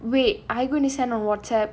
wait are you going to send on WhatsApp